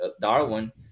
Darwin